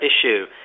issue